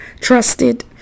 trusted